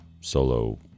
solo